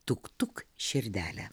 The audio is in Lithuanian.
tuk tuk širdele